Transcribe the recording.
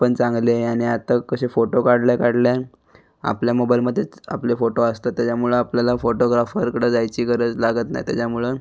पण चांगली आहे आणि आता कसे फोटो काढल्या काढल्या आपल्या मोबाईलमध्येच आपले फोटो असतात त्याच्यामुळं आपल्याला फोटोग्राफरकडे जायची गरज लागत नाही त्याच्यामुळं